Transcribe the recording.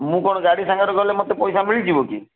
ମୁଁ କଣ ଗାଡ଼ି ସାଙ୍ଗରେ ଗଲେ ମତେ ପଇସା ମିଳିଯିବ କି